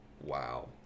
Wow